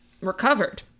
recovered